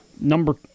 number